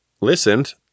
listened